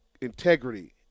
integrity